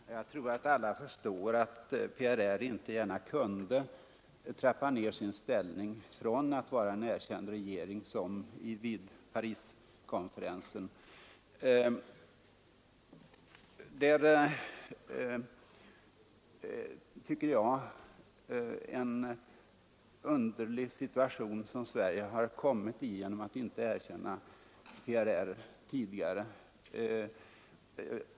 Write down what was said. Herr talman! Jag tror att alla förstår att PRR inte gärna kunde trappa ner sin ställning från erkänd regering, vilket den ju var vid bl.a. Pariskonferensen. Sverige har verkligen kommit i en underlig situation genom att inte erkänna PRR tidigare.